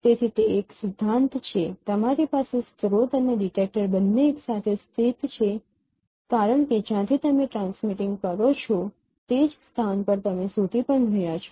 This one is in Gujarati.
તેથી તે એક સિદ્ધાંત છે તમારી પાસે સ્રોત અને ડિટેક્ટર બંને એકસાથે સ્થિત છે કારણ કે જ્યાંથી તમે ટ્રાન્સમિટિંગ કરો છો તે જ સ્થાન પર તમે શોધી પણ રહ્યાં છો